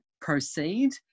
proceed